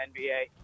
NBA